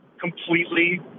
completely